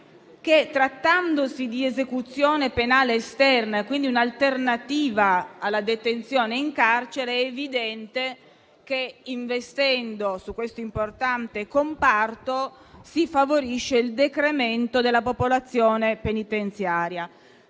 che, trattandosi di esecuzione penale esterna, quindi di un'alternativa alla detenzione in carcere, è evidente che, investendo su questo importante comparto, si favorisce il decremento della popolazione penitenziaria.